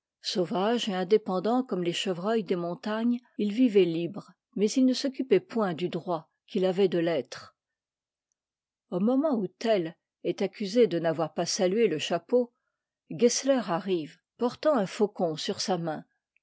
et indépendant comme les chevreuils des montagnes il vivait libre mais il ne s'occupait point du droit qu'il avait de l'être au moment où tell est accusé de n'avoir pas salué le chapeau gessler arrive portant un faucon sur sa main